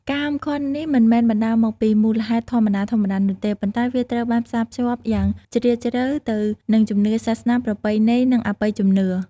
ការហាមឃាត់នេះមិនមែនបណ្ដាលមកពីមូលហេតុធម្មតាៗនោះទេ ប៉ុន្តែវាត្រូវបានផ្សារភ្ជាប់យ៉ាងជ្រាលជ្រៅទៅនឹងជំនឿសាសនា ប្រពៃណី និងអបិយជំនឿ។